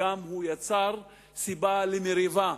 והוא גם יצר סיבה למריבה,